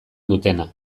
dutena